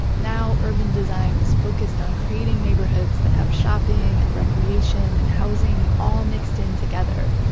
now, urban design is focused on creating neighborhoods that have shopping and recreation and housing all mixed in together.